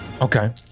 Okay